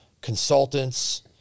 consultants